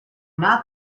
not